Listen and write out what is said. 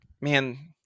Man